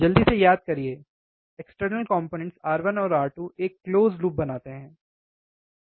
जल्दी से याद करिए एक्सर्टनल कोंपोनेन्टस R1 और R2 एक क्लोज़ लूप बनाते हैं सही